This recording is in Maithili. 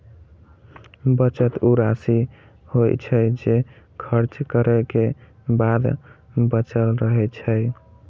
बचत ऊ राशि होइ छै, जे खर्च करै के बाद बचल रहै छै